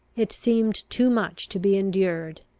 it seemed too much to be endured.